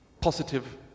positive